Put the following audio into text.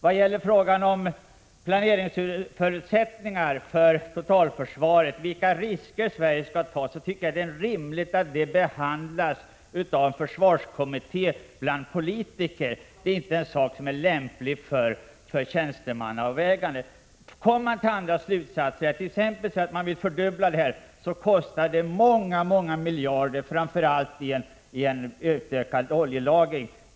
Vad gäller frågan om planeringsförutsättningar för totalförsvaret och vilka risker Sverige skall ta tycker jag att det är rimligt att detta behandlas av försvarskommittén, bland politiker. Det är inte en sak som är lämplig för tjänstemannaavväganden. Kommer man till andra slutsatser, exempelvis till en fördubbling, så kostar det många många miljarder framför allt i form av en utökad oljelagring.